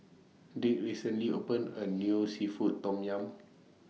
Dink recently opened A New Seafood Tom Yum